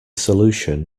solution